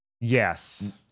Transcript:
Yes